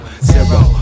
Zero